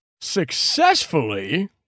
successfully